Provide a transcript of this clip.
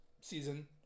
season